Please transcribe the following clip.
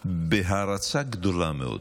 בהערצה גדולה מאוד.